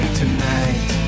tonight